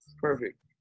perfect